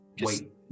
Wait